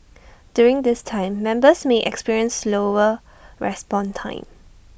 during this time members may experience slower response time